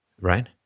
Right